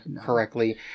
correctly